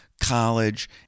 college